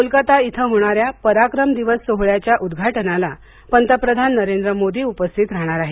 कोलकता येथे होणाऱ्या पराक्रम दिवस सोहळ्याच्या उद्घाटनाला पंतप्रधान नरेंद्र मोदी उपस्थित राहणार आहेत